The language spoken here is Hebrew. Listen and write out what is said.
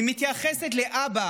היא מתייחסת לאבא